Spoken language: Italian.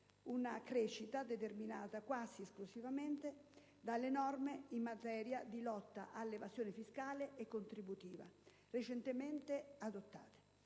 una crescita determinata quasi esclusivamente dalle norme in materia di lotta all'evasione fiscale e contributiva recentemente adottate.